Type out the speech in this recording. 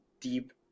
deep